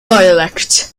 dialect